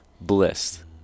bliss